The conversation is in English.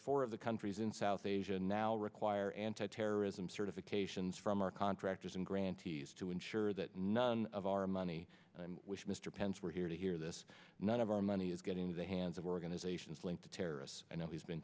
four of the countries in south asia now require anti terrorism certifications from our contractors and grantees to ensure that none of our money which mr pence we're here to hear this none of our money is getting to the hands of organisations linked to terrorists and he's been